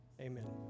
Amen